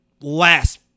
last